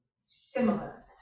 similar